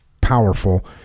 powerful